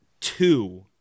two